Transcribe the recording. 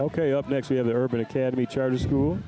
ok up next we have the urban academy charter school